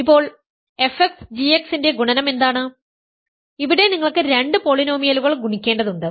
ഇപ്പോൾ fx gx ൻറെ ഗുണനം എന്താണ് ഇവിടെ നിങ്ങൾക്ക് രണ്ട് പോളിനോമിയലുകൾ ഗുണിക്കേണ്ടതുണ്ട്